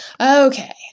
Okay